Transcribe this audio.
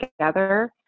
together